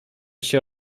się